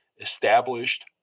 established